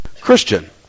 Christian